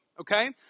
okay